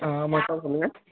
ஆ ஆமாம் சார் சொல்லுங்கள்